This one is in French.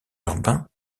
urbains